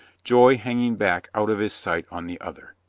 joy hanging back out of his sight on the other.